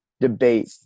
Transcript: debate